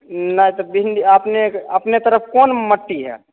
नहि तऽ भिण्डी अपनेके अपने तरफ कोन मट्टी हइ